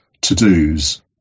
to-dos